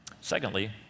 Secondly